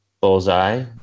bullseye